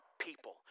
people